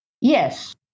Yes